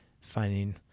finding